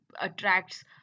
attracts